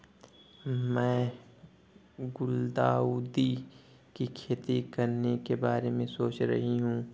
मैं गुलदाउदी की खेती करने के बारे में सोच रही हूं